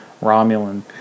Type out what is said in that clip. Romulan